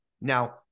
Now